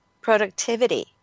productivity